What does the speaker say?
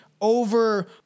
over